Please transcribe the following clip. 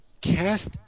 cast